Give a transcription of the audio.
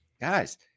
guys